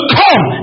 come